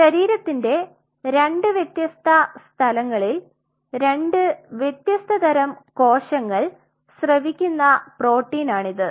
ശരീരത്തിന്റെ രണ്ട് വ്യത്യസ്ത സ്ഥലങ്ങളിൽ രണ്ട് വ്യത്യസ്ത തരം കോശങ്ങൾ സ്രവിക്കുന്ന പ്രോട്ടീനാണിത്